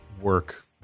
work